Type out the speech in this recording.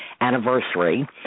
anniversary